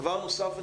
דבר נוסף.